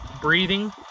Breathing